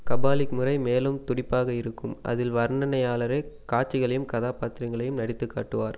carbolic முறை மேலும் துடிப்பாக இருக்கும் அதில் வர்ணனையாளரே காட்சிகளையும் கதாபாத்திரங்களையும் நடித்துக் காட்டுவார்